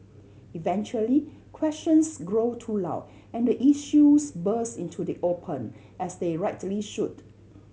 eventually questions grow too loud and the issues burst into the open as they rightly should